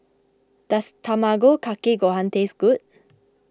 does Tamago Kake Gohan taste good